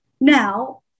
Now